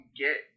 get